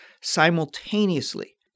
simultaneously